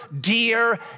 dear